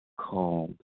called